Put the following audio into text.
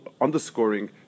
underscoring